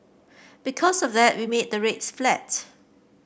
because of that we made the rates flat